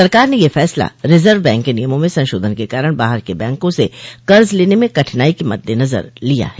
सरकार ने यह फैसला रिजर्व बैंक के नियमों में संशोधन के कारण बाहर के बैंकों से कर्ज लेने में कठिनाई के मद्देनजर लिया है